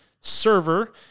server